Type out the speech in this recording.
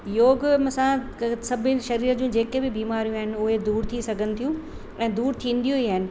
योग सां सभिनि शरीर जूं जेके बि बीमारियूं आहिनि उहे दूरि थी सघनि थियूं ऐं दूरि थींदियूं ई आहिनि